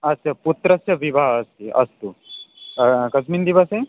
अस्तु पुत्रस्य विवाह अस्ति अस्तु कस्मिन् दिवसे